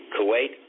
Kuwait